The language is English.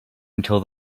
until